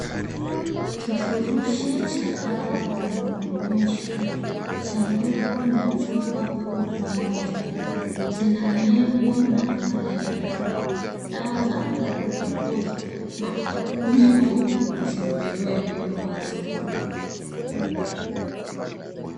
Kifurushi cha dawa kimeonyeshwa. Sanduku na chupa iko pamoja. Zina nembo na maelezo. Dawa za kupunguza maumivu zimewekwa wazi.